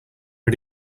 are